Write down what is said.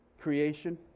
creation